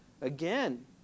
again